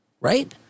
right